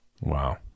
wow